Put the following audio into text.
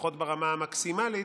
לפחות ברמה המקסימלית,